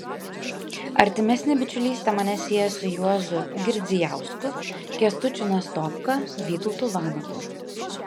artimesnė bičiulystė mane sieja su juozu girdzijausku kęstučiu nastopka vytautu vanagu